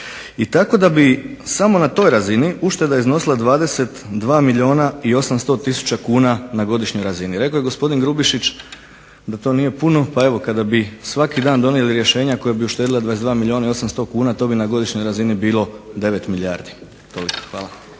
I tako da bi samo na toj razini ušteda iznosila 22 milijuna i 800 tisuća kuna na godišnjoj razini. Rekao je gospodin Grubišić da to nije puno pa evo kada bi svaki dan donijeli rješenja koja bi uštedila 22 milijuna i 800 kuna to bi na godišnjoj razini bilo 9 milijardi. Toliko, hvala.